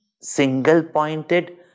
single-pointed